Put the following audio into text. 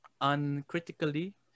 uncritically